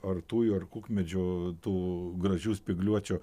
ar tujų ar kukmedžių tų gražių spygliuočių